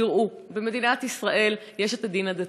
תראו: במדינת ישראל יש את הדין הדתי,